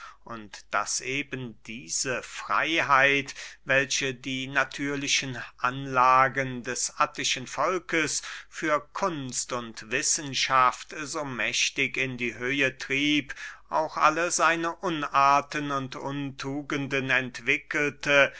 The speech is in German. und daß eben diese freyheit welche die natürlichen anlagen des attischen volkes für kunst und wissenschaft so mächtig in die höhe trieb auch alle seine unarten und untugenden entwickelte